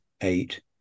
eight